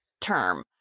term